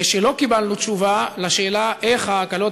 שלא קיבלנו תשובה על השאלה איך ההקלות